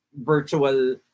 virtual